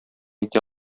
итә